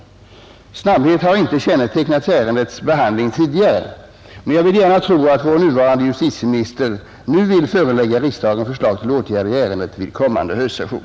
Snabbhet har inte kännetecknat ärendets behandling tidigare. Men jag vill gärna tro att vår nuvarande justitieminister nu vill förelägga riksdagen förslag till åtgärder i ärendet vid kommande höstsession.